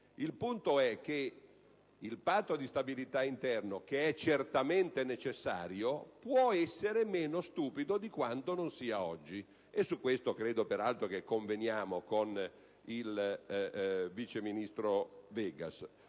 Il punto è che il Patto di stabilità interno, che è certamente necessario, può essere meno stupido di quanto non lo sia oggi. E al riguardo credo, peraltro, che il vice ministro Vegas